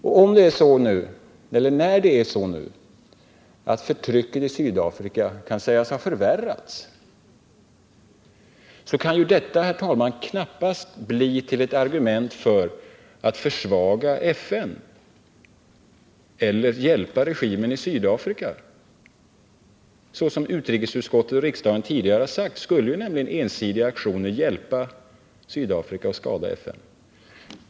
Eftersom det nu är så att trycket i Sydafrika kan sägas ha förvärrats, kan ju detta, herr talman, knappast göras till ett argument för att försvaga FN eller hjälpa regimen i Sydafrika. Som utrikesutskottet och riksdagen tidigare har sagt skulle nämligen ensidiga aktioner hjälpa Sydafrika och skada FN.